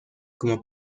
como